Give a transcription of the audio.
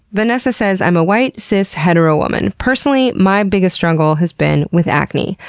vanessa says, i'm a white, cis, hetero woman. personally, my biggest struggle has been with acne.